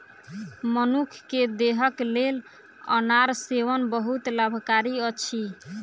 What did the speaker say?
मनुख के देहक लेल अनार सेवन बहुत लाभकारी अछि